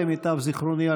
למיטב זיכרוני,